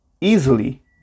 easily